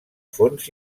fonts